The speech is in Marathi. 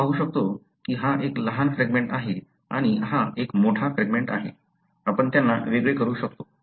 आपण पाहू शकतो की हा एक लहान फ्रॅगमेंट आहे आणि हा एक मोठा फ्रॅगमेंट आहे आपण त्यांना वेगळे करू शकतो